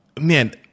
man